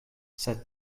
sed